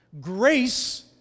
Grace